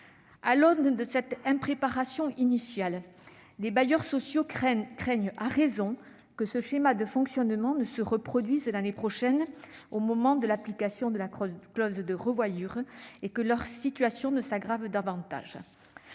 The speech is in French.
tenu de cette impréparation initiale, les bailleurs sociaux craignent, à raison, que ce schéma de fonctionnement ne se reproduise l'année prochaine, après la clause de revoyure, et que leur situation ne s'aggrave davantage.